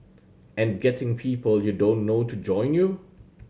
and getting people you don't know to join you